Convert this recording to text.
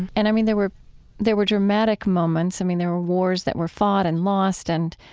and i mean, there were there were dramatic moments. i mean, there were wars that were fought and lost and